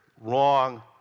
wrong